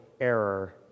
error